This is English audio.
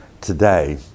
today